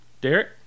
Derek